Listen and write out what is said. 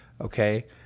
Okay